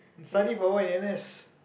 study for what in n_s